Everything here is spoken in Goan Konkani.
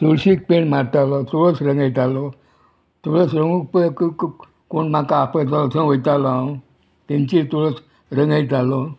तुळशीक पेंट मारतालो तुळस रंगयतालो तुळस रंगूक पळय कू कू कोण म्हाका आपयतालो थंय वयतालो हांव तेंची तुळस रंगयतालो